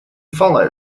follow